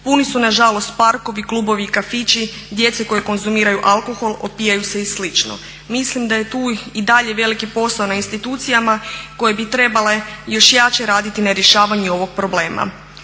puni su nažalost parkovi, klubovi i kafići djece koja konzumiraju alkohol, opijaju se i slično. Mislim da je tu i dalje veliki posao na institucijama koje bi trebale još jače raditi na rješavanju ovog problema.